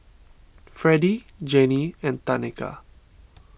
Fredie Janey and Tanika